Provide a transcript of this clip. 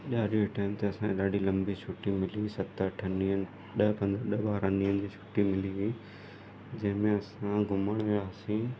dairy ए time ते असांखे ॾाढी लंबी छुटी मिली हुई सत अठनि ॾींहनि ॾह पंद्रहं ॾह ॿारहं ॾींहनि जी छुट्टी मिली हुई जंहिंमें असां घुमणु वियासीं